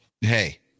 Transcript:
Hey